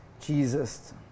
Jesus